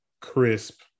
crisp